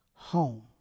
home